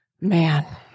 man